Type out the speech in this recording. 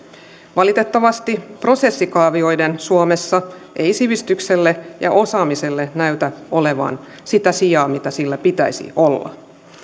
valitettavasti prosessikaavioiden suomessa ei sivistykselle ja osaamiselle näytä olevan sitä sijaa mikä sillä pitäisi olla